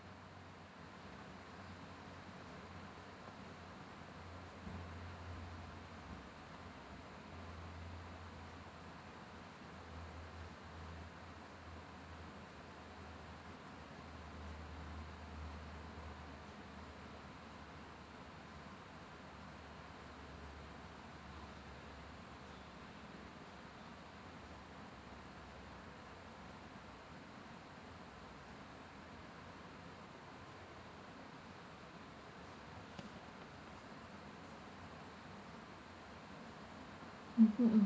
mmhmm